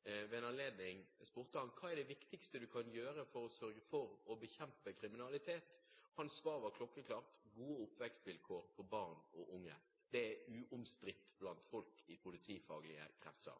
Hva er det viktigste du kan gjøre for å bekjempe kriminalitet? Hans svar var klokkeklart: gode oppvekstvilkår for barn og unge. Det er uomstridt blant folk i politifaglige kretser.